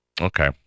Okay